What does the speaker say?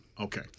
Okay